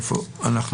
נעמה